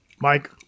Mike